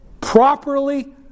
properly